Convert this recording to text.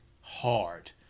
hard